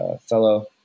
fellow